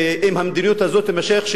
אם המדיניות הזאת תימשך,